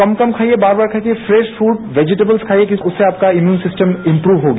कम कम खाइए बार बार खाइए फ्रेश फूड वेजिटेबल्स खाइए क्योंकि उससे आपका इम्युन सिस्टम इम्प्रूव होगी